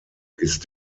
ist